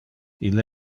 ille